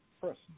personal